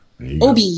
OB